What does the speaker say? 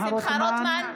רוטמן.